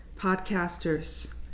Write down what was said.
podcasters